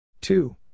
Two